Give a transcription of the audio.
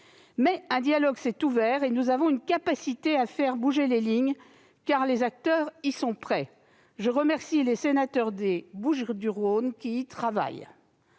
mais un dialogue s'est ouvert et il nous est possible de faire bouger les lignes, car les intéressés y sont prêts. Je remercie les sénateurs des Bouches-du-Rhône, qui y travaillent.